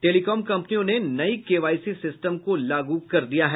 telecom कम्पनियों ने नई केवाईसी सिस्टम को लागू कर दिया है